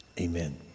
amen